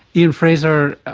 ian frazer,